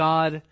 God